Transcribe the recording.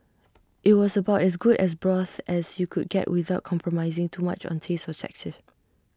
IT was about as good as broth as you could get without compromising too much on taste or texture